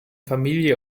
familie